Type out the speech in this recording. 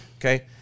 Okay